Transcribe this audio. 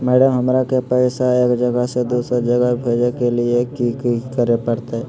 Madam, हमरा के पैसा एक जगह से दुसर जगह भेजे के लिए की की करे परते?